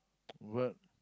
what